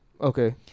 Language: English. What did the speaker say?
Okay